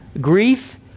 Grief